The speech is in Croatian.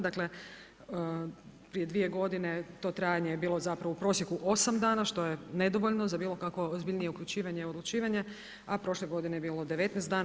Dakle prije 2 godine to trajanje je bilo zapravo u prosjeku 8 dana što je nedovoljno za bilo kakvo ozbiljnije uključivanje i odlučivanje a prošle godine je bilo 19 dana.